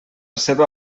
seva